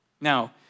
Now